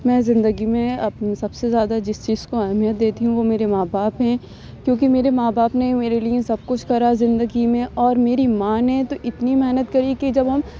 میں زندگی میں اپنی سب سے زیادہ جس چیز کو اہمیت دیتی ہوں وہ میرے ماں باپ ہیں کیونکہ میرے ماں باپ نے میرے لیے سب کچھ کرا زندگی میں اور میری ماں نے تو اتنی محنت کری ہے کہ جب ہم